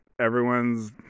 everyone's